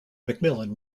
mcmillan